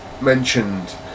Mentioned